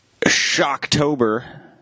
Shocktober